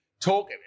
Talk